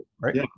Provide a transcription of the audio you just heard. Right